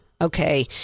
Okay